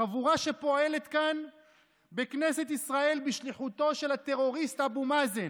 חבורה שפועלת כאן בכנסת ישראל בשליחותו של הטרוריסט אבו מאזן,